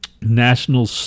National